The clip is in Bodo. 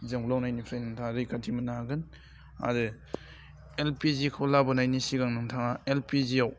जोंब्लावनायनिफ्राय नोंथाङा रैखाथि मोननो हागोन आरो एलपिजिखौ लाबोनायनि सिगां नोंथाङा एलपिजियाव